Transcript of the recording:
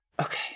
Okay